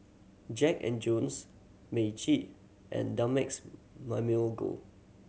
Jack and Jones Meiji and Dumex Mamil Gold